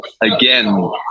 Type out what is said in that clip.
again